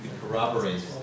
corroborate